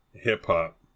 hip-hop